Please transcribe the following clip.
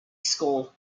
school